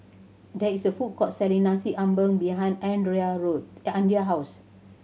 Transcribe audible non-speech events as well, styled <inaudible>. there is a food court selling Nasi Ambeng behind <unintelligible> Road the Andrae house